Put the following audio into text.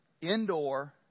indoor